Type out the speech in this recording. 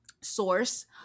source